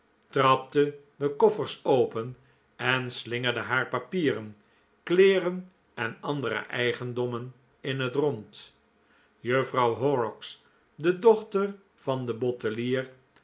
trapte de koffers open en slingerde haar papieren kleeren en andere eigendommen in het rond juffrouw horrocks de dochter van den